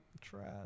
trash